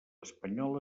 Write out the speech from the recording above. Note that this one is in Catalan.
espanyola